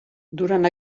durant